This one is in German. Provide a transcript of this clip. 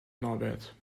norbert